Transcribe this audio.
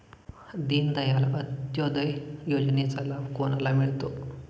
दीनदयाल अंत्योदय योजनेचा लाभ कोणाला मिळतो?